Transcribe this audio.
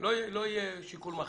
לא יהיה שיקול מכריע.